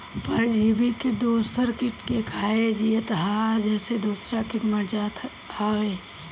परजीवी किट दूसर किट के खाके जियत हअ जेसे दूसरा किट मर जात हवे